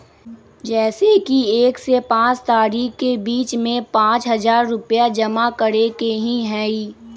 जैसे कि एक से पाँच तारीक के बीज में पाँच हजार रुपया जमा करेके ही हैई?